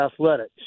athletics